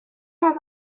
has